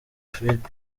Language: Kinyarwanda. vivid